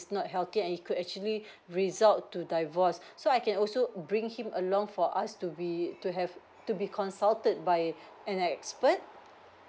not healthy I could actually result to divorce so I can also bring him along for us to be to have to be consulted by an expert